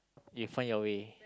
you find your way